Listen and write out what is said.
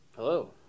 Hello